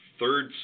third